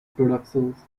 productions